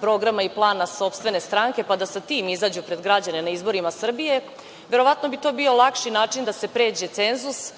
programa i plana sopstvene stranke pa da sa tim izađu pred građane na izborima Srbije. Verovatno bi to bio lakši način da se pređe cenzus